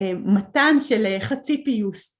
מתן של חצי פיוס.